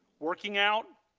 working out